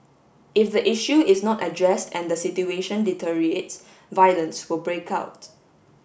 if the issue is not addressed and the situation deteriorates violence will break out